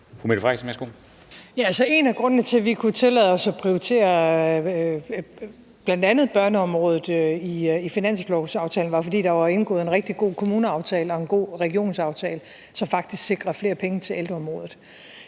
en af grundene til, at vi kunne tillade os at prioritere bl.a. børneområdet i finanslovsaftalen, var, at der var indgået en rigtig god kommuneaftale og en god regionsaftale, som faktisk sikrer flere penge til ældreområdet.